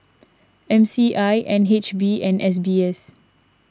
M C I N H B and S B S